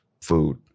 food